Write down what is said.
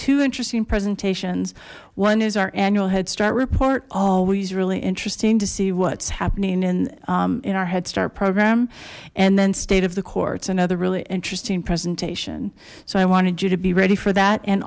two interesting presentations one is our annual headstart report always really interesting to see what's happening in in our headstart program and then state of the courts another really interesting presentation so i wanted you to be ready for that and